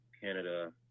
Canada